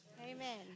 Amen